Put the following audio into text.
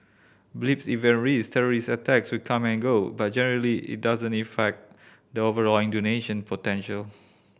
blips event risks terrorist attacks will come and go but generally it doesn't effect the overall Indonesian potential